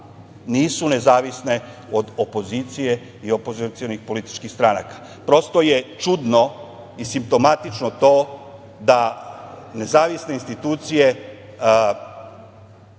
nisu nezavisne od opozicije i opozicionih političkih stranaka? Prosto je čudno i simptomatično to da nezavisne institucije